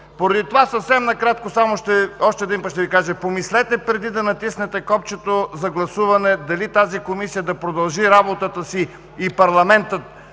Поради това съвсем накратко още един път ще Ви кажа: помислете преди да натиснете копчето за гласуване дали тази Комисия да продължи работата си и парламентът